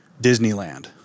Disneyland